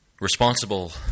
Responsible